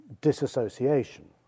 disassociation